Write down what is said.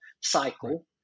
cycle